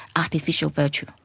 artificial virtue.